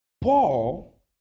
Paul